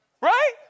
Right